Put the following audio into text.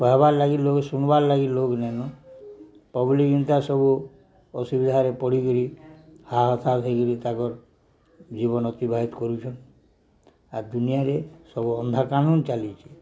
କହବାର୍ ଲାଗି ଲୋକ୍ ଶୁଣବାର୍ ଲାଗି ଲୋକ୍ ନାଇଁନ ପବ୍ଲିକ୍ ଯେନ୍ତା ସବୁ ଅସୁବିଧାରେ ପଢ଼ିକିରି ହା ହତାସ ହେଇକିରି ତାଙ୍କର୍ ଜୀବନ ଅତିବାହିତ କରୁଛନ୍ ଆର୍ ଦୁନିଆରେ ସବୁ ଅନ୍ଧାକାନୁନ ଚାଲିଛି